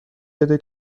بده